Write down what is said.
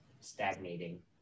stagnating